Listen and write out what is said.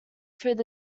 through